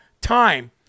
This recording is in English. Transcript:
time